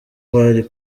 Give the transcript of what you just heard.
bari